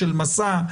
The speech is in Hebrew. של מסע,